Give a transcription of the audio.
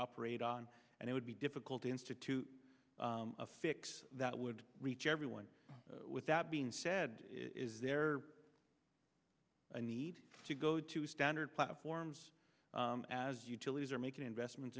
operate on and it would be difficult to institute a fix that would reach everyone with that being said is there a need to go to standard platforms as utilities are making investments